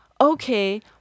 okay